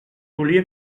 volia